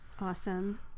Awesome